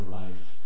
life